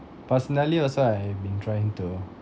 personally also I've been trying to